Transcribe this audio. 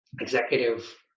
executive